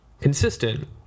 consistent